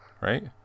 right